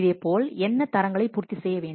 இதேபோல் என்ன தரங்களை பூர்த்தி செய்ய வேண்டும்